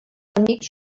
amics